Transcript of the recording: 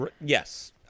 Yes